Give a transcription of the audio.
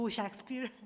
Shakespeare